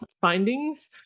findings